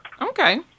Okay